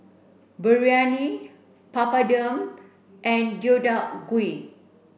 Biryani Papadum and Deodeok Gui